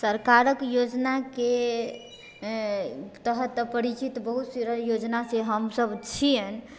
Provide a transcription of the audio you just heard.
सरकारके योजनाके तहत तऽ परिचित बहुत सारा योजनासँ हमसब छिअनि